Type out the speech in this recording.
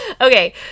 Okay